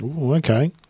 Okay